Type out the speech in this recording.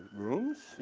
rooms.